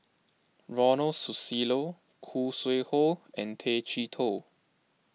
Ronald Susilo Khoo Sui Hoe and Tay Chee Toh